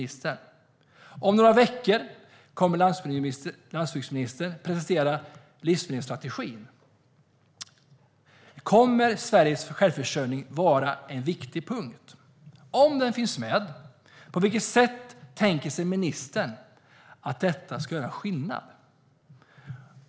Om några veckor kommer landsbygdsministern att presentera livsmedelsstrategin. Kommer Sveriges självförsörjningsförmåga att vara en viktig punkt i den? Om det finns med, på vilket sätt tänker sig då ministern att det ska göra skillnad?